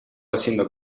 haciendo